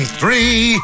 three